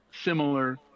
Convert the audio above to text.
similar